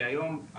כי היום,